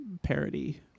parody